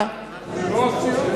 זאת לא הסיעה.